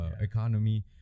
economy